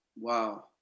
Wow